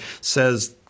says